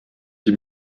die